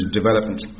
development